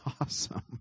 awesome